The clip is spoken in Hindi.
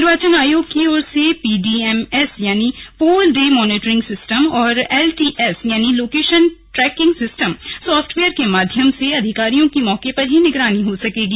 निर्वाचन आयोग की ओर से पी डी एम एस यानि पोल डे मॉनिटरिंग सिस्टम और एल टी एस यानि लोकेशन ट्रैकिंग सिस्टम साफ्टवेयर के माध्यम से अधिकारियों की मौके पर ही निगरानी हो सकेगी